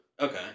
Okay